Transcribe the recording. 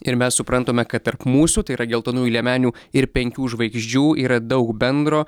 ir mes suprantome kad tarp mūsų tai yra geltonųjų liemenių ir penkių žvaigždžių yra daug bendro